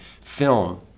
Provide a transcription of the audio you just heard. film